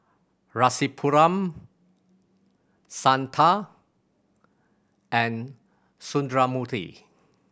Rasipuram Santha and Sundramoorthy